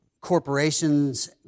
corporations